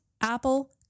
Apple